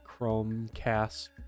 Chromecast